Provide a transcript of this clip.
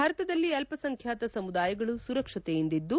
ಭಾರತದಲ್ಲಿ ಅಲ್ಪಸಂಬ್ಲಾತ ಸಮುದಾಯಗಳು ಸುರಕ್ಷಿತೆಯಿಂದಿದ್ದು